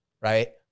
right